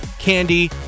candy